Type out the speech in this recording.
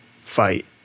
fight